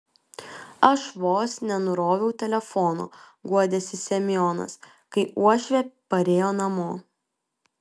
aš vos nenuroviau telefono guodėsi semionas kai uošvė parėjo namo